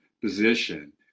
position